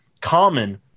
common